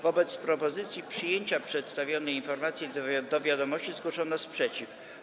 Wobec propozycji przyjęcia przedstawionej informacji do wiadomości zgłoszono sprzeciw.